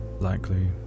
Likely